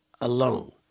alone